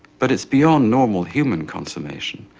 but it's beyond normal human consummation.